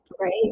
right